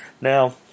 Now